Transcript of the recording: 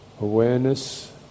Awareness